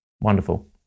Wonderful